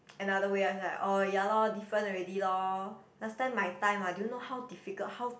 another way I was like orh ya lor different already lor last time my time ah do you know how difficult how